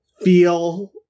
feel